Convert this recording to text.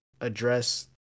address